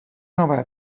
nové